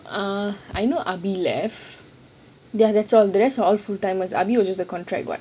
ah I know abi left that's all the rest are all full timers abi was just a contract [what]